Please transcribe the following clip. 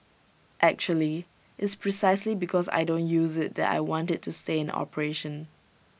actually it's precisely because I don't use IT that I want IT to stay in operation